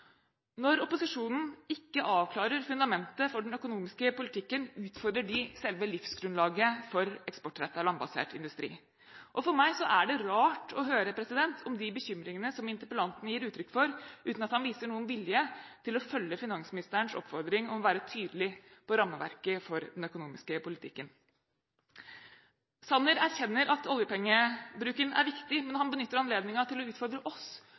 Når opposisjonen ikke avklarer fundamentet for den økonomiske politikken, utfordrer de selve livsgrunnlaget for eksportrettet, landbasert industri. For meg er det rart å høre om de bekymringene som interpellanten gir uttrykk for, uten at han viser noen vilje til å følge finansministerens oppfordring om å være tydelig på rammeverket for den økonomiske politikken. Representanten Sanner erkjenner at oljepengebruken er viktig, men han benytter anledningen til å utfordre oss